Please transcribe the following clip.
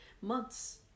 months